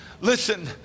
Listen